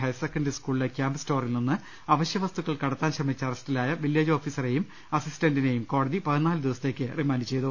higher secondary സ്കൂളിലെ camp സ്റ്റോറിൽ നിന്ന് അവശ്യവസ്തുക്കൾ കടത്താൻ ശ്രമിച്ച് അറസ്റ്റിലായ വില്ലേജ് ഓഫിസറെയും അസിസ്റ്റന്റിനെയും കോടതി റിമാന്റ് ചെയ്തു